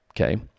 Okay